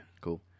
Cool